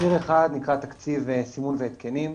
ציר אחד נקרא תקציב סימון והתקנים,